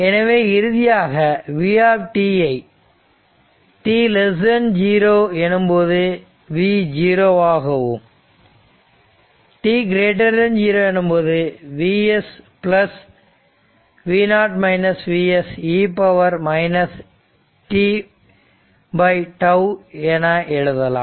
எனவே இறுதியாக v ஐ t0 எனும்போது v0 ஆகவும் t0 எனும்போது Vs e t என எழுதலாம்